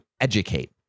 educate